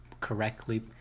correctly